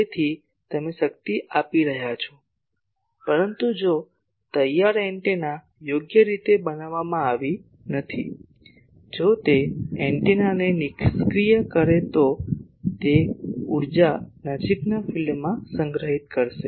તેથી તમે શક્તિ આપી રહ્યા છો પરંતુ જો તૈયાર એન્ટેના યોગ્ય રીતે બનાવવામાં આવી નથી જો તે એન્ટેનાને નિષ્ક્રિય કરે છે તો તે તે ઊર્જા નજીકના ફિલ્ડમાં સંગ્રહિત કરશે